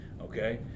okay